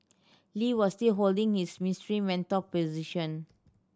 Lee was still holding his Minister Mentor position